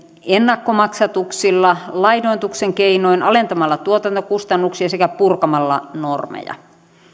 ennakkomaksatuksilla lainoituksen keinoin alentamalla tuotantokustannuksia sekä purkamalla normeja